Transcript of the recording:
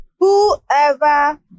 Whoever